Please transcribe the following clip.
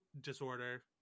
disorder